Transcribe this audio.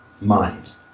mind